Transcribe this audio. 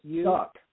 stuck